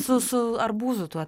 su su arbūzu tuo